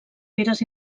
fires